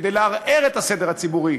כדי לערער את הסדר הציבורי,